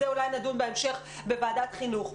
על זה אולי נדון בהמשך בוועדת החינוך.